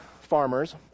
farmers